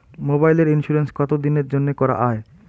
মোবাইলের ইন্সুরেন্স কতো দিনের জন্যে করা য়ায়?